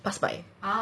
passed by